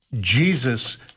Jesus